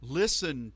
listen